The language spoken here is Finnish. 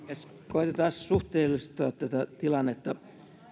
koetetaan suhteellistaa tätä tilannetta